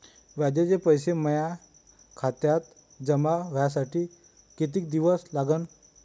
व्याजाचे पैसे माया खात्यात जमा व्हासाठी कितीक दिवस लागन?